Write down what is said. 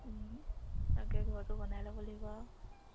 আগে ঘৰটো বনাই ল'ব লাগিব আৰু